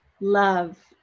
love